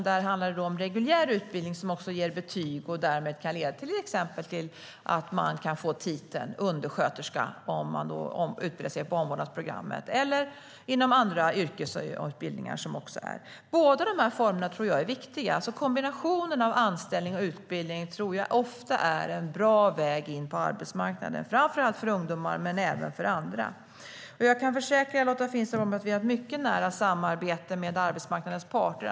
Där handlar det om reguljär utbildning som ger betyg och som därmed kan leda till att man till exempel kan få titeln undersköterska om man utbildar sig på omvårdnadsprogrammet eller inom andra yrkesutbildningar. Jag tror att båda dessa former är viktiga. Kombinationen av anställning och utbildning är ofta en bra väg in på arbetsmarknaden, framför allt för ungdomar men även för andra. Jag kan försäkra Lotta Finstorp om att vi har ett nära samarbete med arbetsmarknadens parter.